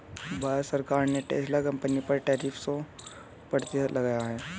भारत सरकार ने Tesla company पर टैरिफ सो प्रतिशत लगाया